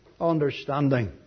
understanding